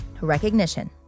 recognition